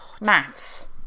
maths